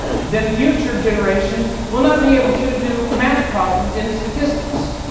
then future generations will not be able to do math problems in statistics,